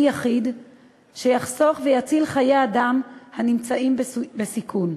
אחיד שיחסוך ויציל חיי אדם הנמצאים בסיכון.